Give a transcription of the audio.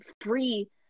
free